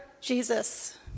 Jesus